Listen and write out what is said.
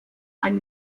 ein